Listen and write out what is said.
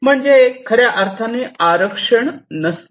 म्हणजे खऱ्या अर्थाने आरक्षण नसते